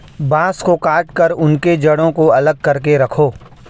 बांस को काटकर उनके जड़ों को अलग करके रखो